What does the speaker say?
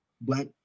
black